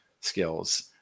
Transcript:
skills